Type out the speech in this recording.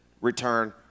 Return